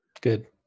Good